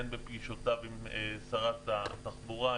הן בפגישותיו עם שרת התחבורה,